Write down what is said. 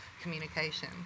communication